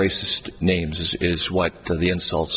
racist names it's what the insult